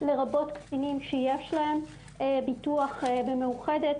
לרבות קטינים שיש להם ביטוח במאוחדת,